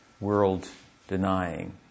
world-denying